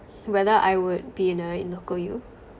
whether I would be in a local U